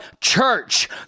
church